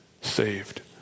saved